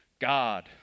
God